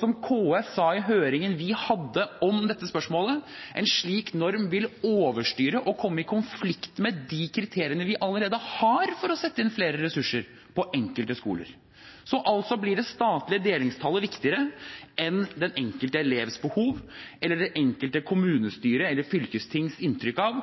Som KS sa i høringen vi hadde om dette spørsmålet: En slik norm vil overstyre og komme i konflikt med de kriteriene vi allerede har for å sette inn flere ressurser på enkelte skoler. Det statlige delingstallet blir altså viktigere enn den enkelte elevs behov eller det enkelte kommunestyres eller fylkestings inntrykk av